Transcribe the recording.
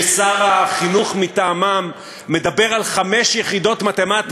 ששר החינוך מטעמם מדבר על חמש יחידות מתמטיקה.